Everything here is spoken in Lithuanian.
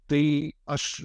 tai aš